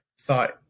thought